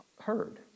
heard